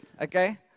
Okay